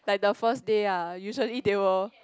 like the first day ah usually they will